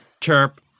Chirp